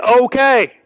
okay